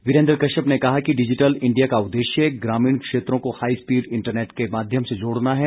वीरेन्द्र कश्यप ने कहा कि डिजिटल इंडिया का उददेश्य ग्रामीण क्षेत्रों को हाई स्पीड इंटरनेट के माध्यम से जोड़ना है